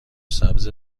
سبز